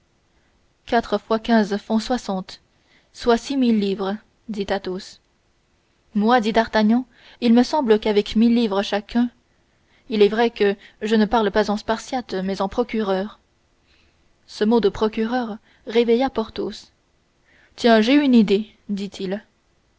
quatre fois quinze font soixante soit six mille livres dit athos moi dit d'artagnan il me semble qu'avec mille livres chacun il est vrai que je ne parle pas en spartiate mais en procureur ce mot de procureur réveilla porthos tiens j'ai une idée dit-il